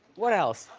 what else?